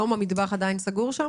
המטבח עדיין סגור?